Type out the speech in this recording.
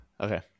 Okay